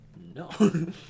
no